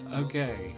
okay